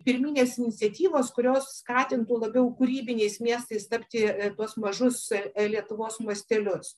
pirminės iniciatyvos kurios skatintų labiau kūrybiniais miestais tapti e tuos mažus e e lietuvos miestelius